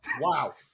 Wow